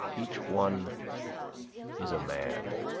each one is a man,